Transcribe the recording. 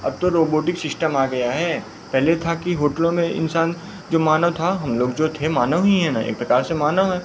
अब तो robotic system आ गया है पहले था कि होटलों में इन्सान जो मानव था हम लोग जो थे मानव ही हैं न एक प्रकार से मानव हैं